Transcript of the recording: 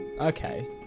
Okay